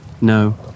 No